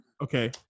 Okay